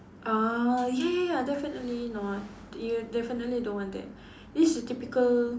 uh ya ya ya definitely not you definitely don't want that this your typical